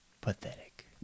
Pathetic